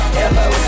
hello